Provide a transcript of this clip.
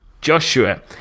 joshua